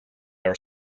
are